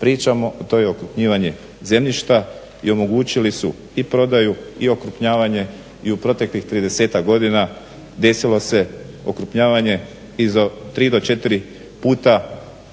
pričamo a to je okrupnjivanje zemljišta i omogućili su i prodaju i okrupnjavanje i u proteklih 30-tak godina desilo se okrupnjavanje i za tri do četiri puta